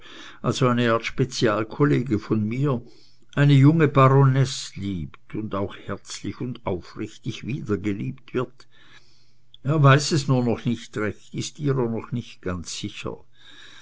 also eine art spezialkollege von mir eine junge baronesse liebt und auch herzlich und aufrichtig wiedergeliebt wird er weiß es nur noch nicht recht ist ihrer noch nicht ganz sicher